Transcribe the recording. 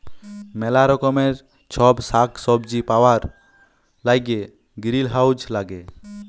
ম্যালা রকমের ছব সাগ্ সবজি পাউয়ার ল্যাইগে গিরিলহাউজ ল্যাগে